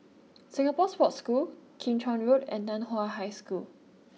Singapore Sports School Kim Chuan Road and Nan Hua High School